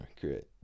great